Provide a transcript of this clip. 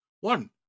one